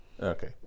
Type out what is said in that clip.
Okay